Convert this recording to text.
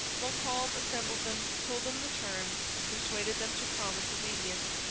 montcalm assembled them, told them the terms, and persuaded them to promise obedience.